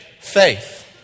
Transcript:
Faith